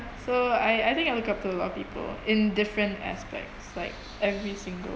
so I I think I look up to a lot of people in different aspects like every single